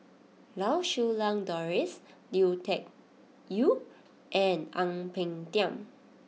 Lau Siew Lang Doris Lui Tuck Yew and Ang Peng Tiam